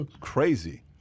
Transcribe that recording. crazy